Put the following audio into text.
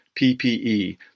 PPE